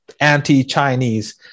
anti-Chinese